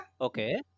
Okay